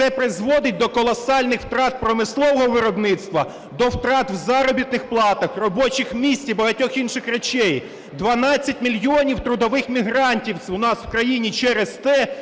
Це призводить до колосальних втрат промислового виробництва, до втрат у заробітних платах, робочих місць і багатьох інших речей. 12 мільйонів трудових мігрантів у нас в країні через те,